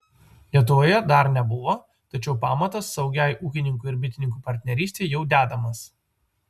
lietuvoje dar nebuvo tačiau pamatas saugiai ūkininkų ir bitininkų partnerystei jau dedamas